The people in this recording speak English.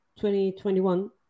2021